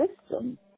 system